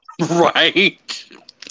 Right